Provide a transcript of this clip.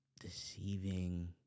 deceiving